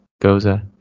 goza